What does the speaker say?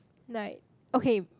like okay